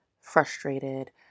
frustrated